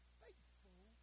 faithful